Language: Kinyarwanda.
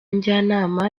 njyanama